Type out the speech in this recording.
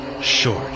Short